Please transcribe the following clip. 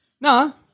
No